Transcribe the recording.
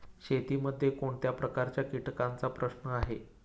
शेतीमध्ये कोणत्या प्रकारच्या कीटकांचा प्रश्न आहे?